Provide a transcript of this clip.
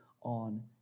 on